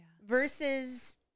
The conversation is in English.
versus